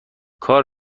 کار